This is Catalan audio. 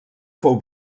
fou